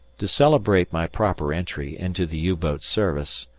to celebrate my proper entry into the u-boat service,